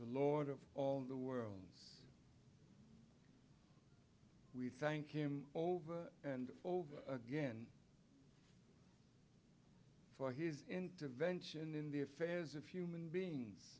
the lord of all the world we thank him over and over again for his intervention in the affairs of human beings